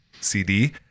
cd